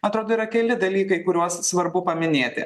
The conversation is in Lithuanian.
atrodo yra keli dalykai kuriuos svarbu paminėti